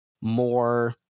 more